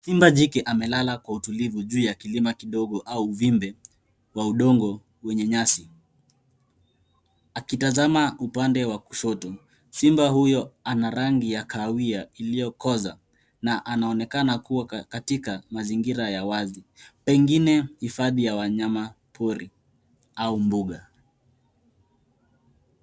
Simba jike amelala kwa utulivu juu ya kilima kidogo au uvimbe wa udongo wenye nyasi, akitazama upande wa kushoto. Simba huyo na rangi ya kahawia iliyokoza na anaonekana kuwa katika mazingira ya wazi, pengine hifadhi ya wanyama pori au mbuga.